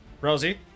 Rosie